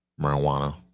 marijuana